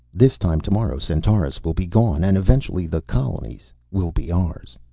this time tomorrow centaurus will be gone. and eventually the colonies will be ours.